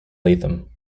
latham